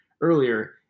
earlier